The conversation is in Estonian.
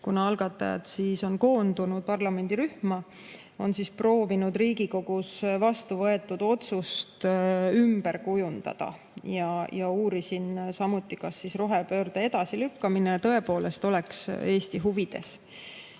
kuna algatajad on koondunud parlamendirühma – on proovinud Riigikogus vastuvõetud otsust ümber kujundada. Uurisin samuti, kas rohepöörde edasilükkamine tõepoolest oleks Eesti huvides.